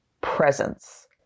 presence